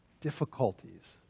difficulties